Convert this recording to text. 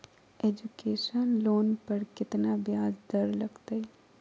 Education loan पर केतना ब्याज दर लगतई?